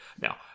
Now